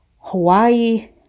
Hawaii